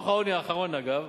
ודוח העוני האחרון, אגב,